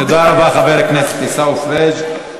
תודה רבה, חבר הכנסת עיסאווי פריג'.